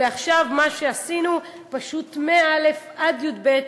ועכשיו מה שעשינו: פשוט מא' עד י"ב,